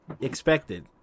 expected